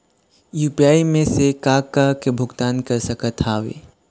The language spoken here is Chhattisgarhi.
यू.पी.आई से मैं का का के भुगतान कर सकत हावे?